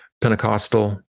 Pentecostal